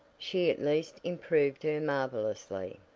she at least improved her marvelously.